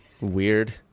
Weird